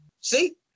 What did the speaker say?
See